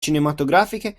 cinematografiche